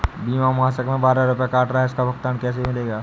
बीमा मासिक में बारह रुपय काट रहा है इसका भुगतान कैसे मिलेगा?